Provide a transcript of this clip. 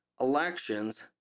elections